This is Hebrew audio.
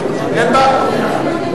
אין בעיה.